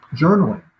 journaling